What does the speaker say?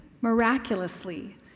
miraculously